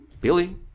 Billy